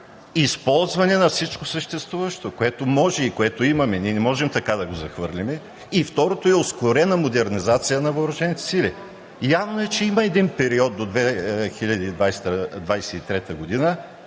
използване на всичко съществуващо, което може и което имаме – не можем така да го захвърлим, и втората е – ускорена модернизация на въоръжените сили. Явно е, че има един период до 2023 г.,